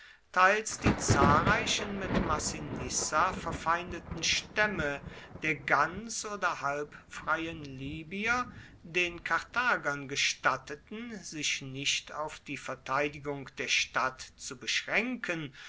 teils die zahlreichen mit massinissa verfeindeten stämme der ganz oder halb freien libyer den karthagern gestatteten sich nicht auf die verteidigung der stadt zu beschränken